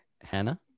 Hannah